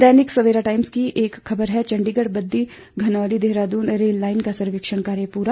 दैनिक Savera Times की एक खबर है चंडीगढ़ बद्दी घनौली देहरादून रेललाइन का सर्वेक्षण कार्य पूरा